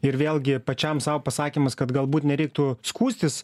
ir vėlgi pačiam sau pasakymas kad galbūt nereiktų skųstis